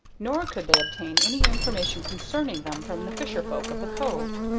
nor could they obtain any information concerning them from the fisher folk of the cove.